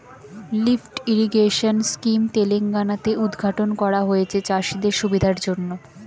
lift irrigation scheme Telangana তে উদ্ঘাটন করা হয়েছে চাষিদের সুবিধার জন্যে